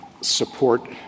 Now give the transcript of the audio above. support